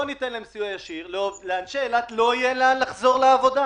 לא ניתן להם סיוע ישיר לאנשי אילת לא יהיה לאן לחזור לעבודה.